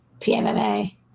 PMMA